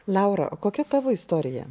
laura o kokia tavo istorija